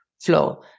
flow